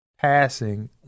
passing